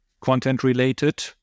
content-related